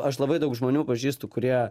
aš labai daug žmonių pažįstu kurie